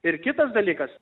ir kitas dalykas